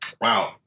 wow